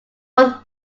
both